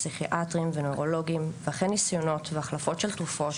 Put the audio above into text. פסיכיאטרים ונירולוגים ואחרי ניסיונות והחלפות של תרופות.